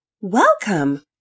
Welcome